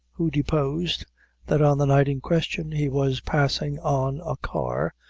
who deposed that on the night in question, he was passing on a car,